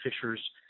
fishers